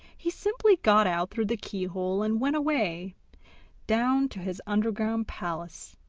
he simply got out through the keyhole, and went away down to his underground palace,